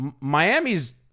Miami's